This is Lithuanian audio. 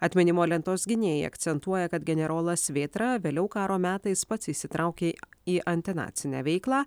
atminimo lentos gynėjai akcentuoja kad generolas vėtra vėliau karo metais pats įsitraukė į antinacinę veiklą